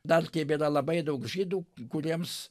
dar tebėra labai daug žydų kuriems